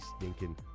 stinking